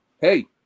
hey